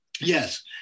Yes